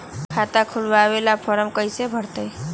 खाता खोलबाबे ला फरम कैसे भरतई?